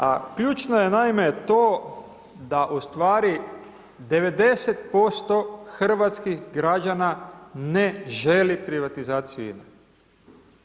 A ključno je, naime, to da u stvari 90% hrvatskih građana ne želi privatizaciju INA-e.